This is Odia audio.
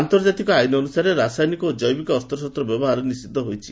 ଆନ୍ତର୍ଜାତିକ ଆଇନ ଅନୁସାରେ ରାସାୟନିକ ଓ କୈବିକ ଅସ୍ତ୍ରଶସ୍ତ ବ୍ୟବହାର ନିଷିଦ୍ଧ ହୋଇଛି